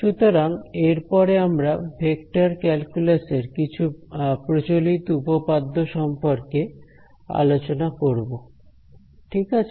সুতরাং এরপরে আমরা ভেক্টর ক্যালকুলাস এর কিছু প্রচলিত উপপাদ্য সম্পর্কে আলোচনা করব ঠিক আছে